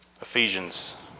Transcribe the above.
Ephesians